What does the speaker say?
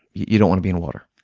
you don't want to be in water.